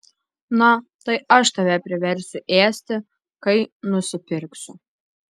na tai aš tave priversiu ėsti kai nusipirksiu